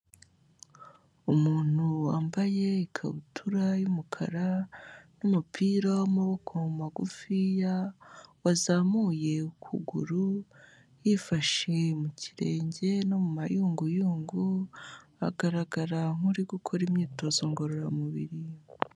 Umuntu wambaye ikabutura y'umukara n'umupira w'amaboko magufiya, wazamuye ukuguru yifashe mu kirenge no mayunguyungu, agaragara nk'uri gukora imyitozo ngororamubiri.